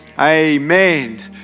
Amen